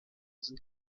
sind